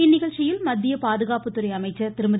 இந்நிகழ்ச்சியில் மத்திய பாதுகாப்புத்துறை அமைச்சர் திருமதி